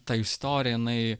ta istorija jinai